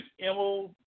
Emil